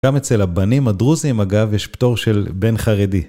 גם אצל הבנים הדרוזיים אגב, יש פטור של בן חרדי.